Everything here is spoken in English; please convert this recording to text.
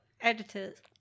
editors